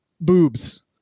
boobs